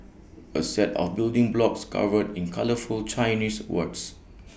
A set of building blocks covered in colourful Chinese words